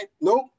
nope